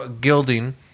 gilding